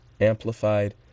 Amplified